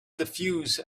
diffuse